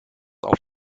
auf